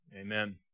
Amen